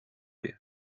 you